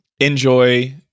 enjoy